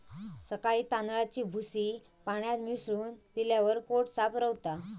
सकाळी तांदळाची भूसी पाण्यात मिसळून पिल्यावर पोट साफ रवता